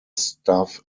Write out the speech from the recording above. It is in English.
staff